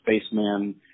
spaceman